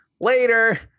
later